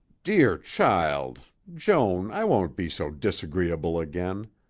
dear child! joan, i won't be so disagreeable again.